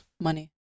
Money